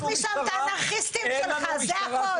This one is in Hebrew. פשוט תעיף משם את האנרכיסטים שלך, זה הכול.